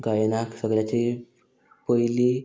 गायनाक सगल्याची पयली